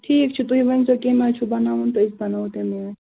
ٹھیٖک چھُ تُہۍ ؤنۍ زَیٚو کمہِ آیہِ چھُو بَناوُن تہٕ أسۍ بَناوو تَمی آیہِ